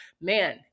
man